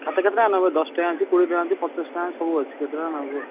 ଖାତା କେତେ ଟଙ୍କିଆ ନବ ଦଶ ଟଙ୍କିଆ ଅଛି କୋଡ଼ିଏ ଟଙ୍କିଆ ଅଛି ପଚାଶ ଟଙ୍କିଆ ଅଛି ସବୁ ଅଛି କେତେ ଟଙ୍କିଆ ନବ କୁହ